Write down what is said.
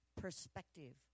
perspective